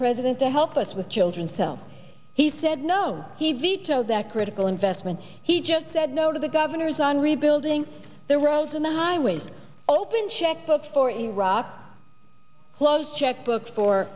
president to help us with children sell he said no he vetoed that critical investment he just said no to the governors on rebuilding the rolls on the highways open checkbook for iraq close checkbook for